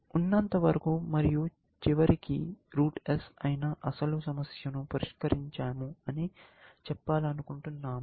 ఉన్నంతవరకు మరియు చివరికి రూట్ S అయిన అసలు సమస్యను పరిష్కరించాము అని చెప్పాలనుకుంటున్నాము